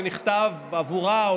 שנכתב עבורה,